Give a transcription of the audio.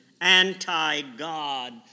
anti-God